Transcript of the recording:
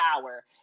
power